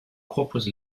corpus